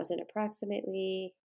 approximately